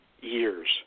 years